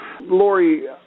lori